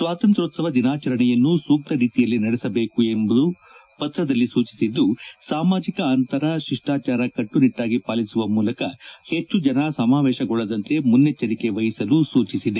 ಸ್ಲಾತಂತ್ಪೋತ್ಪವ ದಿನಾಚರಣೆಯನ್ನು ಸೂಕ್ತ ರೀತಿಯಲ್ಲಿ ನಡೆಸಬೇಕು ಎಂದು ಪತ್ರದಲ್ಲಿ ಸೂಚಿಸಿದ್ದು ಸಾಮಾಜಿಕ ಅಂತರ ಶಿಷ್ಟಾಚಾರ ಕಟ್ಟುನಿಟ್ವಾಗಿ ಪಾಲಿಸುವ ಮೂಲಕ ಹೆಚ್ಚು ಜನ ಸಮಾವೇಶಗೊಳ್ಳದಂತೆ ಮುನ್ನೆ ಚ್ಚರಿಕೆ ವಹಿಸಲು ಸೂಚಿಸಿದೆ